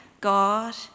God